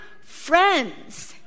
friends